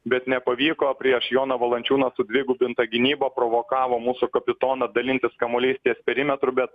bet nepavyko prieš joną valančiūną sudvigubinta gynyba provokavo mūsų kapitoną dalintis kamuoliais ties perimetru bet